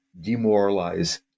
demoralize